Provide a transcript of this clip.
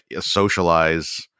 socialize